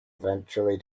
eventually